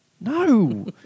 No